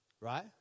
right